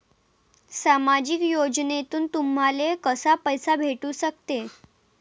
सामाजिक योजनेतून तुम्हाले कसा पैसा भेटू सकते?